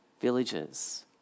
villages